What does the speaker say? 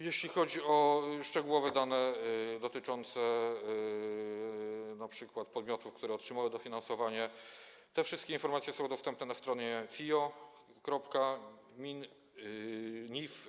Jeśli chodzi o szczegółowe dane dotyczące np. podmiotów, które otrzymują dofinansowanie, te wszystkie informacje są dostępne na stronie fio.niw.gov.pl.